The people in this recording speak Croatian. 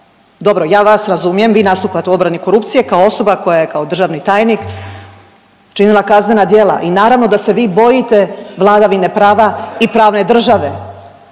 Dobro, ja vas razumijem vi nastupate u obrani korupcije kao osoba koja je kao državni tajnik činila kaznena djela i naravno da se vi bojite vladavine prava i pravne države.